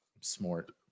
Smart